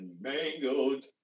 mangled